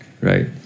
right